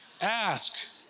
Ask